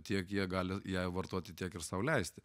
tiek jie gali ją vartoti tiek ir sau leisti